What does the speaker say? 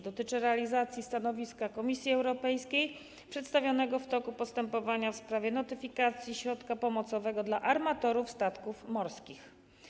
Dotyczy realizacji stanowiska Komisji Europejskiej przedstawionego w toku postępowania w sprawie notyfikacji środka pomocowego dla armatorów statków morskich.